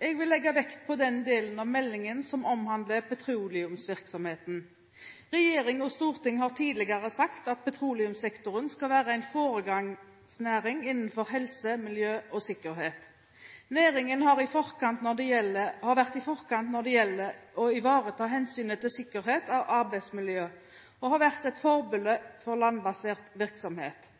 vil legge vekt på den delen av meldingen som omhandler petroleumsvirksomheten. Regjering og storting har tidligere sagt at petroleumssektoren skal være en foregangsnæring innenfor helse, miljø og sikkerhet. Næringen har vært i forkant når det gjelder å ivareta hensynet til sikkerhet og arbeidsmiljø, og har vært et forbilde for landbasert virksomhet.